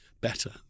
better